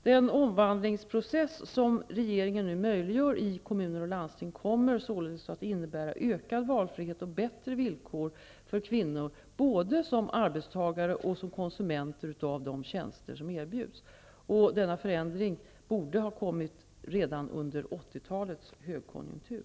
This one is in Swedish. Den omvandlingsprocess som regeringen nu möjliggör i kommuner och landsting kommer således att innebära ökad valfrihet och bättre villkor för kvinnor, både som arbetstagare och som konsumenter av de tjänster som erbjuds. Denna förändring borde ha kommit redan under 80-talets högkonjunktur.